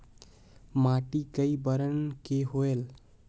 माटी कई बरन के होयल?